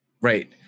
Right